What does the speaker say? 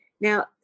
Now